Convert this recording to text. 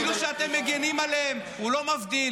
אפילו שאתם מגינים עליהם הוא לא מבדיל.